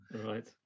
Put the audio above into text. Right